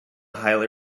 highly